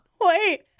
Wait